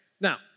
Now